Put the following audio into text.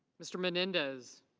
mr. menendez.